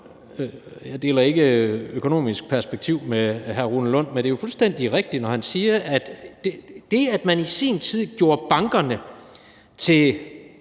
Jeg deler ikke økonomisk perspektiv med hr. Rune Lund, men det er jo fuldstændig rigtigt, når han siger, at det, at man i sin tid gjorde bankerne til